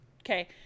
okay